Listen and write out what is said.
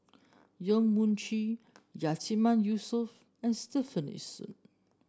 Yong Mun Chee Yatiman Yusof and Stefanie Sun